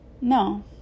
no